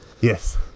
Yes